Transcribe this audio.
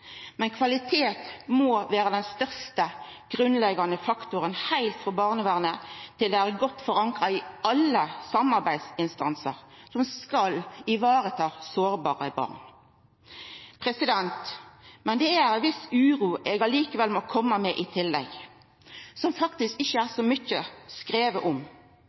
Men kvalitet må vera den grunnleggjande faktoren, heilt frå barnevernet til det er godt forankra i alle samarbeidsinstansar som skal vareta sårbare barn. Det er ei viss uro eg likevel må koma med i tillegg, som det faktisk ikkje er skrive så mykje om.